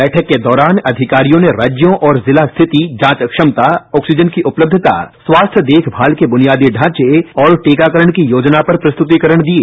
बैठक के दौरान अधिकारियों ने राज्यों और जिला स्थिति जांच क्षमता ऑक्सीजन की उपलब्धता स्वास्थ्य देखभाल के बुनियादी ढ़ांचे और टीकाकरण की योजना पर प्रस्तुतिकरण दिए